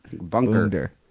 Bunker